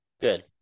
Good